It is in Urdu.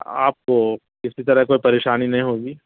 آپ کو کسی طرح کوئی پریشانی نہیں ہوگی